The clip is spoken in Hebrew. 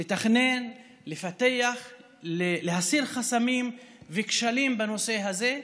לתכנן, לפתח, להסיר חסמים וכשלים בנושא הזה.